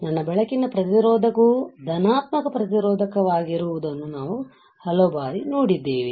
ನನ್ನ ಬೆಳಕಿನ ಪ್ರತಿರೋಧಕವು ಧನಾತ್ಮಕ ಪ್ರತಿರೋಧಕವಾಗಿರುವುದನ್ನು ನಾವು ಹಲವು ಬಾರಿ ನೋಡಿದ್ದೇವೆ